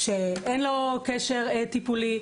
שאין לו קשר טיפולי,